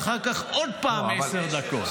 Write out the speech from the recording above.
ואחר כך עוד פעם עשר דקות.